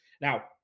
now